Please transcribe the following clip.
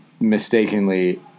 mistakenly